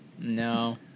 No